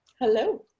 Hello